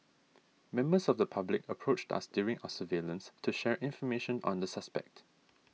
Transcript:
members of the public approached us during our surveillance to share information on the suspect